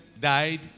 died